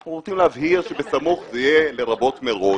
אנחנו רוצים להבהיר ש"בסמוך" יהיה לרבות מראש.